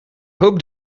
hope